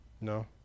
No